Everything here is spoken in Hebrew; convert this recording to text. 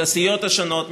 את הסיעות השונות,